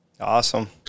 Awesome